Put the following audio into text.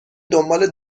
دنبال